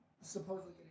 supposedly